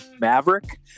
maverick